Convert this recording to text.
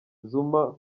zuma